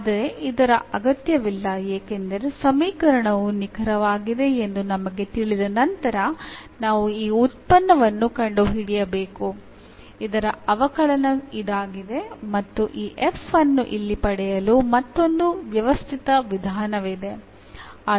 ಆದರೆ ಇದರ ಅಗತ್ಯವಿಲ್ಲ ಏಕೆಂದರೆ ಸಮೀಕರಣವು ನಿಖರವಾಗಿದೆ ಎಂದು ನಮಗೆ ತಿಳಿದ ನಂತರ ನಾವು ಈ ಉತ್ಪನ್ನವನ್ನು ಕಂಡುಹಿಡಿಯಬೇಕು ಇದರ ಅವಕಲನ ಇದಾಗಿದೆ ಮತ್ತು ಈ f ಅನ್ನು ಇಲ್ಲಿ ಪಡೆಯಲು ಮತ್ತೊಂದು ವ್ಯವಸ್ಥಿತ ವಿಧಾನವಿದೆ